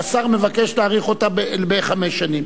והשר מבקש להאריך אותה בחמש שנים.